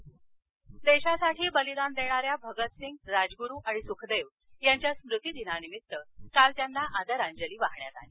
शहीद दिवस देशासाठी बलिदान देणाऱ्या भगत सिंग राजगुरू आणि सुखदेव यांच्या स्मृतिदिनानिमित्त काल त्यांना आदरांजली वाहण्यात आली